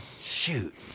Shoot